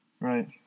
Right